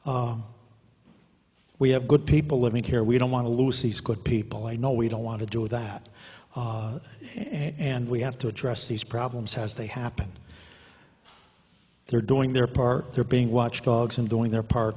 we have good people living care we don't want to lose these good people i know we don't want to do that and we have to address these problems as they happened they're doing their part they're being watchdogs and doing their part